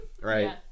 right